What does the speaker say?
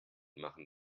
machen